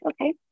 Okay